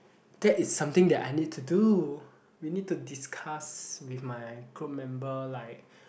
that is something that I need to do we need to discuss with my group member like